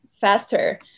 faster